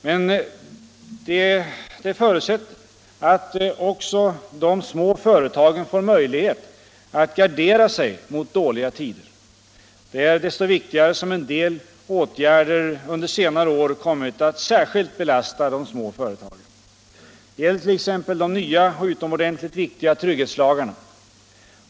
Men det förutsätter att också de små företagen får möjlighet att gardera sig mot dåliga tider. Det är desto viktigare som en del åtgärder under senare år kommit att särskilt belasta de små företagen. Det gäller t.ex. de nya och utomordentligt viktiga trygghetslagarna.